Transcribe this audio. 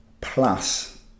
plus